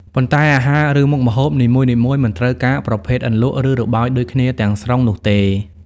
ប៉ុន្តែ អាហារឬមុខម្ហូបនីមួយៗ មិនត្រូវការប្រភេទអន្លក់ ឬរបោយដូចគ្នាទាំងស្រុងនោះទេ។